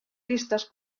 pistes